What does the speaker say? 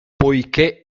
poiché